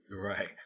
Right